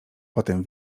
potem